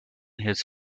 his